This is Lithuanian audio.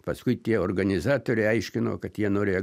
paskui tie organizatoriai aiškino kad jie norėjo